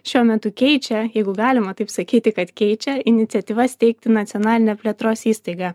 šiuo metu keičia jeigu galima taip sakyti kad keičia iniciatyva steigti nacionalinę plėtros įstaigą